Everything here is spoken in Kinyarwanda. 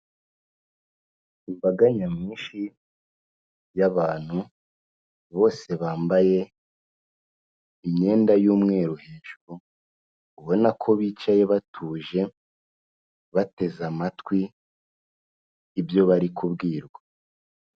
Imbaga nyamwinshi y'abantu bose bambaye imyenda y'umweru hejuru, ubona ko bicaye batuje, bateze amatwi ibyo bari kubwirwa.